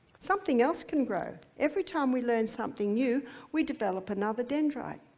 something else can grow. every time we learn something new we develop another dendrite.